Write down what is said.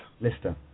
Lister